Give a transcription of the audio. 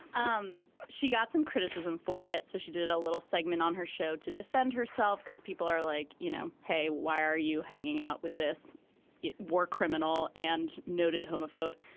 um she got some criticism for it. so she did a little segment on her show to defend herself because people are like you know hey why are you hanging out with this war criminal and noted homophobe.